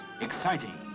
exciting